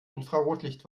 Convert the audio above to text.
infrarotlicht